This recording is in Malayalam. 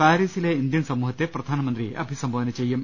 പാരീസിലെ ഇന്ത്യൻ സമൂഹത്തെ പ്രധാനമന്ത്രി അഭിസംബോധന ചെയ്യും